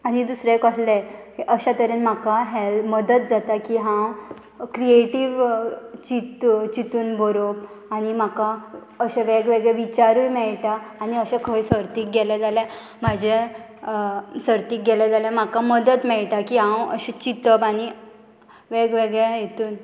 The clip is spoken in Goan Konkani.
आनी दुसरें कसलें अश्या तरेन म्हाका हे मदत जाता की हांव क्रिएटीव चित चितून बरोवप आनी म्हाका अशे वेगवेगळे विचारूय मेळटा आनी अशें खंय सर्तीक गेले जाल्यार म्हाजे सर्तीक गेले जाल्यार म्हाका मदत मेळटा की हांव अशें चिंतप आनी वेगवेगळे हेतून